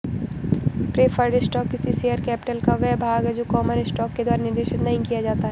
preferred stock किसी share capital का वह भाग है जो कॉमन स्टॉक के द्वारा निर्देशित नहीं किया जाता है